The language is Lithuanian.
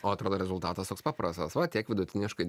o atrodo rezultatas toks paprastas va tiek vidutiniškai